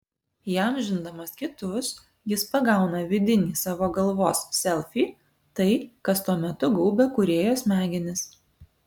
įamžindamas kitus jis pagauna vidinį savo galvos selfį tai kas tuo metu gaubia kūrėjo smegenis